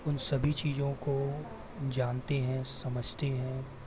उन सभी चीज़ों को जानते हैं समझते हैं